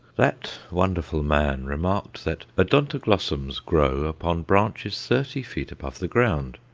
that wonderful man remarked that odontoglossums grow upon branches thirty feet above the ground.